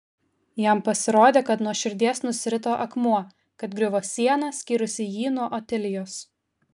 jam pasirodė kad nuo širdies nusirito akmuo kad griuvo siena skyrusi jį nuo otilijos